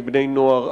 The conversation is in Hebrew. לבני-נוער,